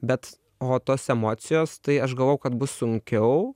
bet o tos emocijos tai aš galvojau kad bus sunkiau